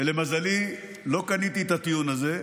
ולמזלי לא קניתי את הטיעון הזה,